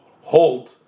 hold